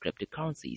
cryptocurrencies